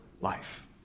life